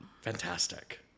Fantastic